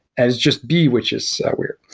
as just b, which is weird.